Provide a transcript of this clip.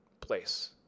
place